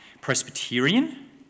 Presbyterian